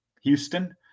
Houston